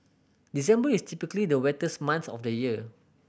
December is typically the wettest month of the year